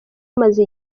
umaze